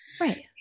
right